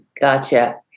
Gotcha